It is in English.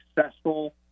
successful